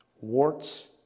warts